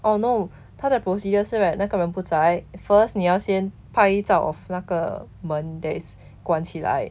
orh no 他的 procedure 是 right 那个人不再 first 你要先拍照 out of 那个门 that is 关起来